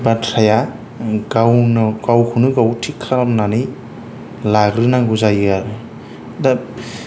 बाथ्राया गावनाव गावखौनो गाव थिग खालामनानै लाग्रोनांगौ जायो आरो दा